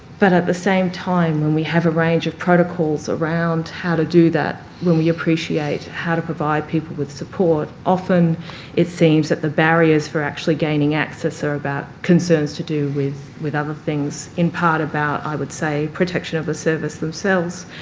but at the same time when we have a range of protocols around how to do that when we appreciate how to provide people with support, often it seems that the barriers for actually gaining access are about concerns to do with with other things, in part about, i would say, protection of the service themselves,